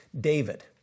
David